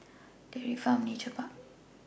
Dairy Farm Nature Park